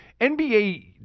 NBA